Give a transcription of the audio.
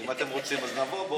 אם אתם רוצים, אז נבוא בעוד שעתיים.